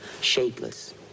shapeless